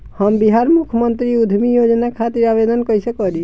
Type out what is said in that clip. हम बिहार मुख्यमंत्री उद्यमी योजना खातिर आवेदन कईसे करी?